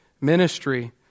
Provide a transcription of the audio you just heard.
ministry